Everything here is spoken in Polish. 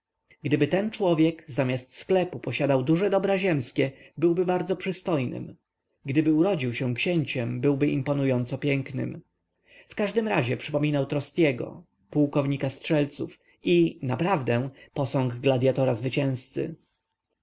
gdyby ten człowiek zamiast sklepu posiadał duże dobra ziemskie byłby bardzo przystojnym gdyby urodził się księciem byłby imponująco piękny w każdym razie przypominał trostiego pułkownika strzelców i naprawdę posąg gladyatora zwycięscy